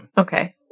okay